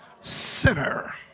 sinner